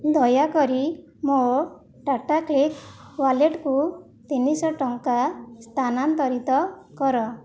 ଦୟାକରି ମୋ ଟାଟାକ୍ଲିକ ୱାଲେଟକୁ ତିନିଶହ ଟଙ୍କା ସ୍ଥାନାନ୍ତରିତ କର